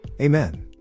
Amen